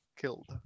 killed